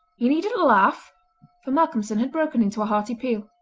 you needn't laugh for malcolmson had broken into a hearty peal.